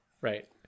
right